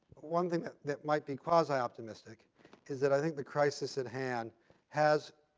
one thing that might be quasi-optimistic is that i think the crisis at hand has,